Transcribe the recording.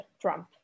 Trump